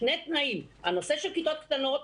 שני תנאים: הנושא של כיתות קטנות,